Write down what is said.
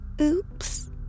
Oops